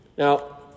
Now